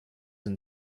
and